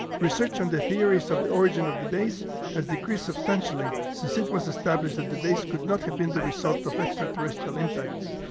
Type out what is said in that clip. research and on theories of the origin of the bays has decreased substantially since it was established that the bays could not have been the result of extraterrestrial impacts.